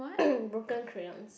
Broken Crayons